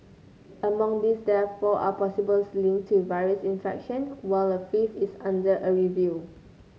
among these deaths four are possible linked to virus infection while a fifth is under a review